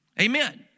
Amen